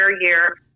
year